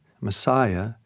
Messiah